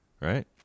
Right